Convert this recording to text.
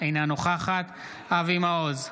אינה נוכחת אבי מעוז,